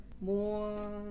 more